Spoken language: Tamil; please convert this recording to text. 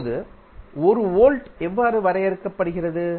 இப்போது 1 வோல்ட் எவ்வாறு வரையறுக்கப்படுகிறது